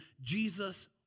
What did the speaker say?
Jesus